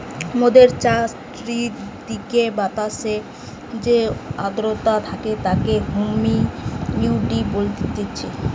মোদের চারিদিকের বাতাসে যে আদ্রতা থাকে তাকে হুমিডিটি বলতিছে